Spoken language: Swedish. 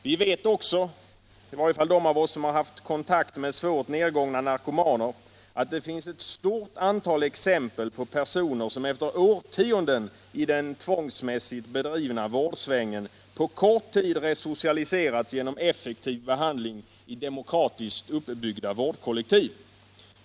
Vi vet också, i varje fall de av oss som haft kontakt med svårt nergångna narkomaner, att det finns ett stort antal exempel på personer som efter årtionden i den tvångsmässigt bedrivna vårdsvängen på kort tid resocialiserats genom effektiv behandling i demokratiskt uppbyggda vårdkollektiv.